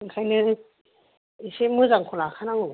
ओंखायनो एसे मोजांखौ लाखानांगौ